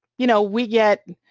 you know we get